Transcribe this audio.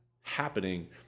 happening